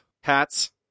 hats